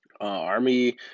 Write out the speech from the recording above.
Army